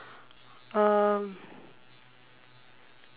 um